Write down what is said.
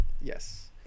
Yes